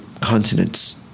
continents